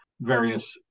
various